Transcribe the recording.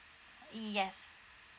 yes